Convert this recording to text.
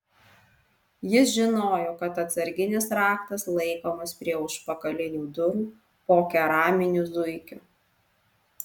jis žinojo kad atsarginis raktas laikomas prie užpakalinių durų po keraminiu zuikiu